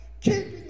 Keeping